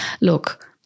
look